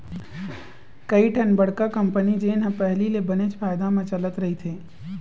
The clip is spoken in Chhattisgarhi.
कइठन बड़का कंपनी जेन ह पहिली ले बनेच फायदा म चलत रहिथे